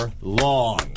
long